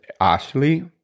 Ashley